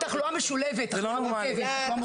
תחלואה משולבת, מורכבת.